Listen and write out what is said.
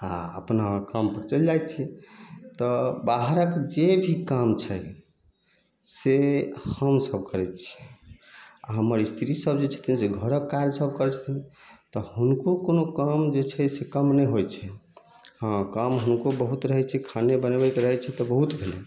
आ अपना काम चलि जाइत छै तऽ बाहरक जे भी काम छै से हमसब करैत छियै आ हमर स्त्री सब जे छथिन से घरक काज सब करैत छथिन तऽ हुनको कोनो काम जे छै से कम नहि होइ छै हँ काम हुनको बहुत रहैत छै खाने बनबैके रहैत छै तऽ बहुत रहैत छै